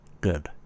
good